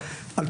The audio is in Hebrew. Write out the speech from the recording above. עכשיו,